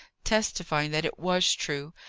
testifying that it was true,